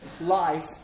life